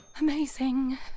Amazing